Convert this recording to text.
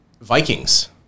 Vikings